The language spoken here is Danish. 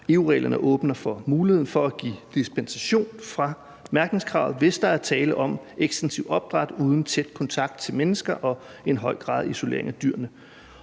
EU-reglerne åbner for muligheden for at give dispensation fra mærkningskravet, hvis der er tale om ekstensiv opdræt uden tæt kontakt til mennesker og en høj grad af isolering af dyrene.